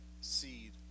seed